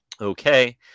Okay